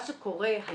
מה שקורה היום,